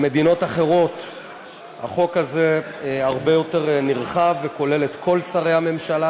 במדינות אחרות החוק הזה הרבה יותר נרחב וכולל את כל שרי הממשלה.